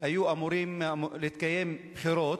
היו אמורות להתקיים בחירות,